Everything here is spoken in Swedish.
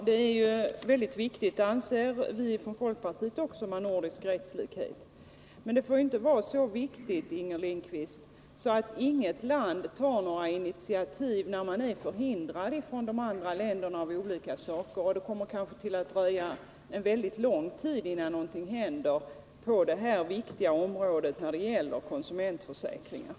Herr talman! Vi anser också från folkpartiets sida att det är mycket viktigt med nordisk rättslikhet. Men det får inte vara så viktigt, Inger Lindquist, att inget nordiskt land tar några initiativ när de andra länderna av olika skäl är förhindrade att införa ny lagstiftning. Och det kommer kanske att dröja väldigt lång tid innan någonting händer i de övriga länderna på det här viktiga området, som gäller konsumentförsäkringar.